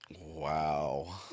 Wow